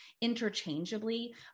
interchangeably